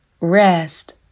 rest